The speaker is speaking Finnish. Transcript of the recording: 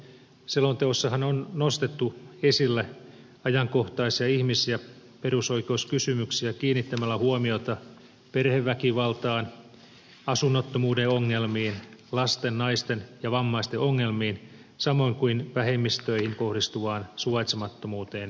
selonteossahan on nostettu esille ajankohtaisia ihmis ja perusoikeuskysymyksiä kiinnittämällä huomiota perheväkivaltaan asunnottomuuden ongelmiin lasten naisten ja vammaisten ongelmiin samoin kuin vähemmistöihin kohdistuvaan suvaitsemattomuuteen ja syrjintään